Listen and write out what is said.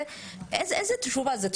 איזו תשובה זו?